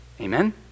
Amen